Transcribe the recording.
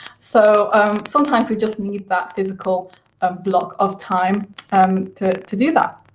so sometimes, we just need that physical ah block of time um to to do that.